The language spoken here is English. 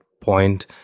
point